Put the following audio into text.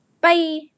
bye